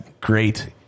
great